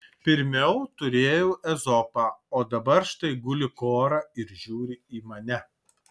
pirmiau turėjau ezopą o dabar štai guli kora ir žiūri į mane